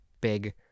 big